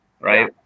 right